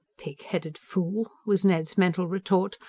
pig-headed fool! was ned's mental retort,